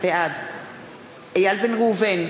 בעד איל בן ראובן,